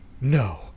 no